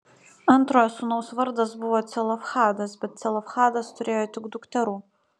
antrojo sūnaus vardas buvo celofhadas bet celofhadas turėjo tik dukterų